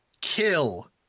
kill